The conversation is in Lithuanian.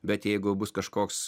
bet jeigu bus kažkoks